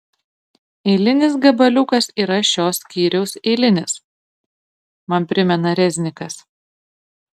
eilinis gabaliukas yra šio skyriaus eilinis man primena reznikas